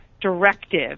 directive